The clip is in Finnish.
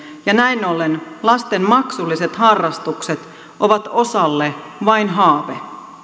ja näin ollen lasten maksulliset harrastukset ovat osalle vain haave